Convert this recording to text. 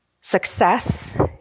Success